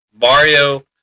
Mario